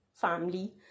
family